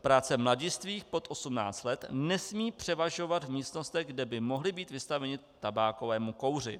Práce mladistvých pod 18 let nesmí převažovat v místnostech, kde by mohli být vystaveni tabákovému kouři.